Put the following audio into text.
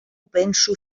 penso